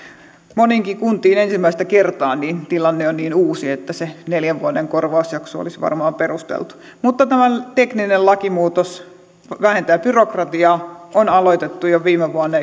moniinkin kuntiin ensimmäistä kertaa tilanne on niin uusi että se neljän vuoden korvausjakso olisi varmaan perusteltu mutta tämä tekninen lakimuutos vähentää byrokratiaa järjestelmän muuttaminen on aloitettu jo viime vuonna